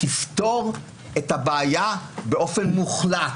תפתור את הבעיה באופן מוחלט.